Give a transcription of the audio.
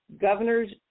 governors